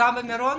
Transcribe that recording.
גם במירון?